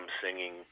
singing